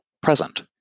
present